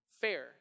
fair